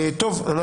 כן.